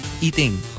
eating